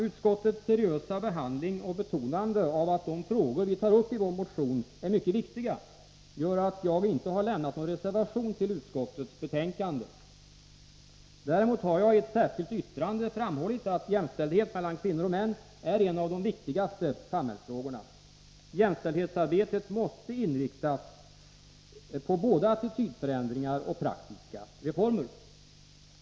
Utskottets seriösa behandling och betonande av att de frågor vi tar upp i vår motion är mycket viktiga gör att jag inte har lämnat någon reservation till utskottets betänkande. Däremot har jag i ett särskilt yttrande framhållit att jämställdhet mellan kvinnor och män är en av de viktigaste samhällsfrågorna. Jämställdhetsarbetet måste inriktas på både attitydförändringar och praktiska reformer.